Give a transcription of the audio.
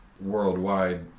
worldwide